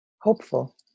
hopeful